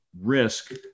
risk